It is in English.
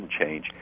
change